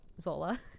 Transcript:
Zola